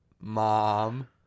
Mom